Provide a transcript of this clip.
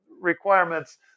requirements